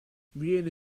viene